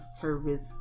service